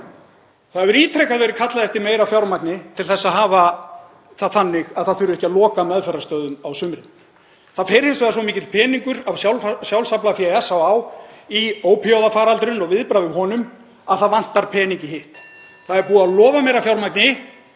Það hefur ítrekað verið kallað eftir meira fjármagni til að hafa það þannig að það þurfi ekki að loka meðferðarstöðvum á sumrin. Þá fer hins vegar svo mikill peningur af sjálfsaflafé SÁÁ í ópíóíðafaraldurinn og viðbragð við honum að það vantar pening í hitt. Það er búið að lofa meira fjármagni.